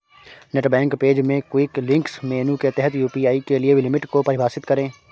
net bank page में quick links menu के तहत यू.पी.आई के लिए लिमिट को परिभाषित करें